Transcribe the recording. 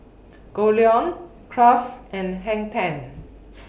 Goldlion Kraft and Hang ten